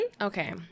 okay